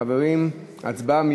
חברים הצבעה.